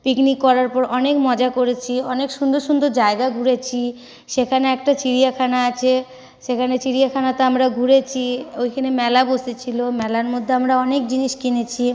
picnic করার পর অনেক মজা করেছি অনেক সুন্দর সুন্দর জায়গা ঘুরেছি সেখানে একটা চিড়িয়াখানা আছে সেখানে চিড়িয়াখানাতে আমরা ঘুরেছি ওইখানে মেলা বসেছিলো মেলার মধ্যে আমরা অনেক জিনিস কিনেছি